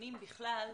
ודיונים בכלל,